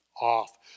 off